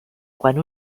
quan